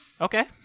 Okay